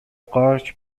قارچ